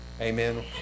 amen